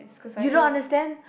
you don't understand